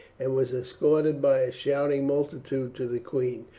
and was escorted by a shouting multitude to the queen,